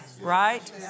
right